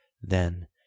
Then